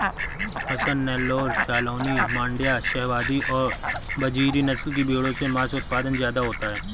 हसन, नैल्लोर, जालौनी, माण्ड्या, शाहवादी और बजीरी नस्ल की भेंड़ों से माँस उत्पादन ज्यादा होता है